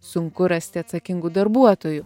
sunku rasti atsakingų darbuotojų